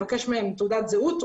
מבקש מהם תעודת זהות,